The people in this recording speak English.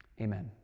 Amen